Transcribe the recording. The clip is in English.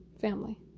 family